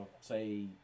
say